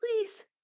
Please